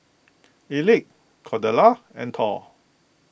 Elick Cordella and Thor